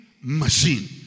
machine